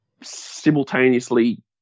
simultaneously